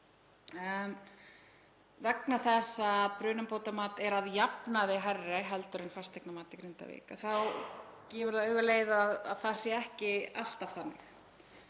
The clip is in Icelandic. Þó að brunabótamat sé að jafnaði hærra heldur en fasteignamat í Grindavík gefur það augaleið að það er ekki alltaf þannig.